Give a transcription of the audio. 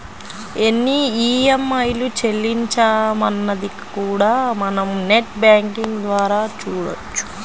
ఎన్ని ఈఎంఐలు చెల్లించామన్నది కూడా మనం నెట్ బ్యేంకింగ్ ద్వారా చూడొచ్చు